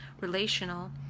relational